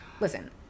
listen